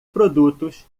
produtos